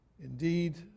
indeed